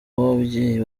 w’ababyeyi